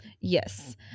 yes